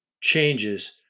changes